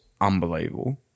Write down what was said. unbelievable